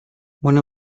one